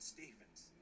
Stevens